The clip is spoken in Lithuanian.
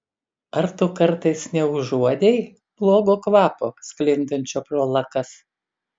ar tu kartais neužuodei blogo kvapo sklindančio pro lakas